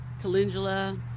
calendula